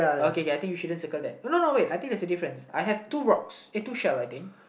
okay I think you shouldn't circle that no no no wait I think there's a difference I have two rocks eh two shell I think